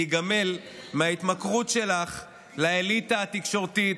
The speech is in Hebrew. להיגמל מההתמכרות שלך לאליטה התקשורתית,